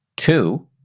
Two